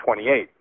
28